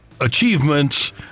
achievements